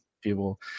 people